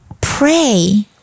pray